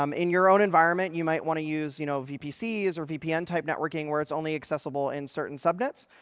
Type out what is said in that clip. um in your own environment, you might want to use you know vpcs or vpn-type networking, where it's only accessible in certain subnets.